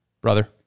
brother